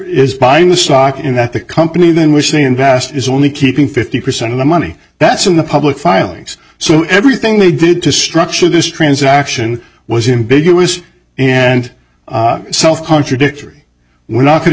is buying the stock and that the company then wish me invest is only keeping fifty percent of the money that's in the public filings so everything they did to structure this transaction was in big it was and self contradictory we're not going to